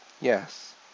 Yes